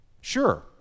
Sure